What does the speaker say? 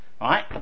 Right